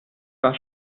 war